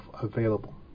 available